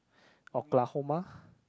Oklahoma